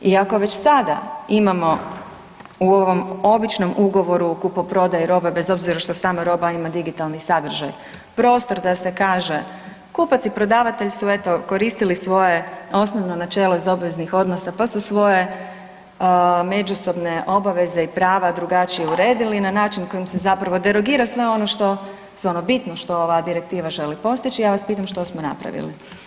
I ako već sada imamo u ovom običnom ugovoru o kupoprodaji robe, bez obzira što sama roba ima digitalni sadržaj, prostor da se kaže kupac i prodavatelj su eto koristili svoje osnovno načelo iz obveznih odnosa, pa su svoje međusobne obaveze i prava drugačije uredili na način kojim se zapravo derogira sve ono što, sve ono bitno što ova direktiva želi postići, ja vas pitam što smo napravili?